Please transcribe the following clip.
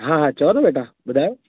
हा हा चओ न बेटा ॿुधायो